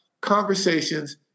conversations